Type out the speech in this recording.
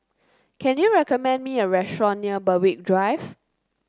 can you recommend me a restaurant near Berwick Drive